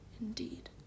indeed